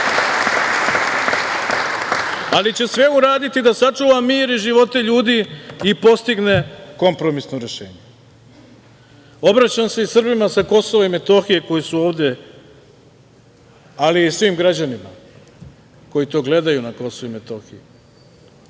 ali će sve uraditi da sačuva mir i živote ljudi i postigne kompromisno rešenje. Obraćam se i Srbima sa Kosova i Metohije koji su ovde, ali i svim građanima koji to gledaju na Kosovu i Metohiji.